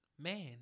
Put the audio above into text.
man